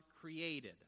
created